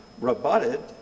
rebutted